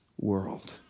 world